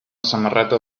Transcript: samarreta